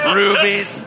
rubies